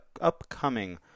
Upcoming